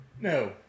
No